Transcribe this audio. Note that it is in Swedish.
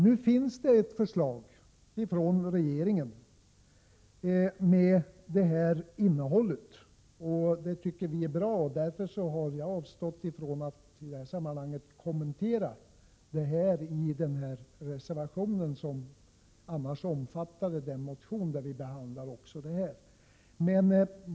Nu finns det ett förslag från regeringen med det innehållet, och det tycker vi är bra. Därför har jag avstått från att i det här sammanhanget kommentera reservation 30, som i övrigt gäller frågan om besittningsskydd.